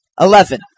Eleven